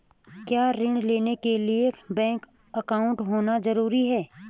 क्या ऋण लेने के लिए बैंक अकाउंट होना ज़रूरी है?